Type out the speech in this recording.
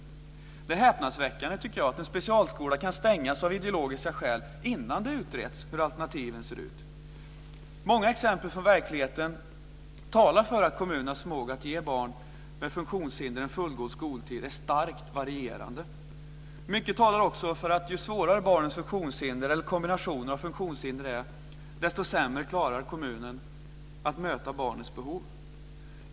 Jag tycker att det är häpnadsväckande att en specialskola kan stängas av ideologiska skäl innan det utretts hur alternativen ser ut. Många exempel från verkligheten talar för att kommunerns förmåga att ge barn med funktionshinder en fullgod skoltid är starkt varierande. Mycket talar också för att ju svårare ett barns funktionshinder eller kombinationer av funktionshinder är, desto sämre klarar kommunen att möta barnets behov.